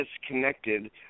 disconnected